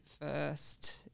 first